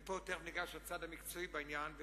ופה תיכף ניגש לצד המקצועי בעניין.